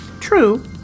True